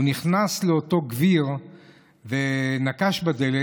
הוא נכנס לאותו גביר ונקש בדלת.